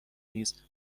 نیز